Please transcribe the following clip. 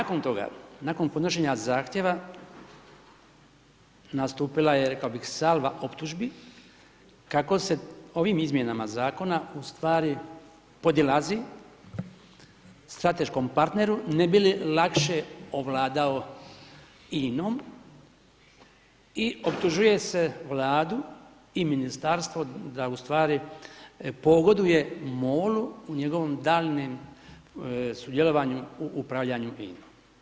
Nakon toga, nakon podnošenja zahtjeva nastupila je rekao bih salva optužbi, kako se ovim izmjenama Zakona u stvari podilazi strateškom partneru, ne bi li lakše ovladao INA-om, i optužuje se Vladu i Ministarstvo da, u stvari, pogoduje MOL-u u njegovom daljnjem sudjelovanju u upravljanju INA-om.